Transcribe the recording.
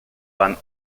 van